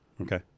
Okay